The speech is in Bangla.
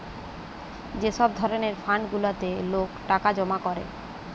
যে সব ধরণের ফান্ড গুলাতে লোক টাকা জমা করে